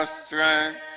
strength